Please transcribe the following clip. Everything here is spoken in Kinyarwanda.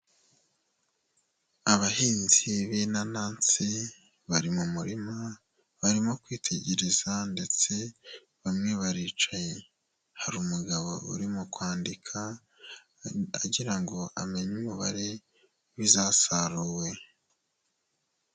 Abahinzi b'inanasi, bari mu murima barimo kwitegereza ndetse bamwe baricaye, harumu umugabo uririmo kwandika, agira ngo amenye umubare w'izasaruwe.